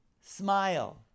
Smile